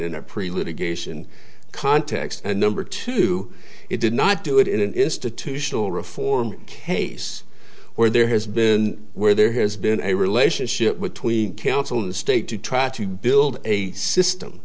in a pretty litigation context and number two it did not do it in an institutional reform case where there has been where there has been a relationship between counsel and the state to try to build a system